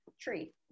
tree